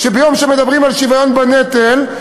ביום שמדברים על שוויון בנטל,